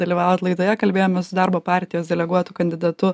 dalyvavot laidoje kalbėjomės su darbo partijos deleguotu kandidatu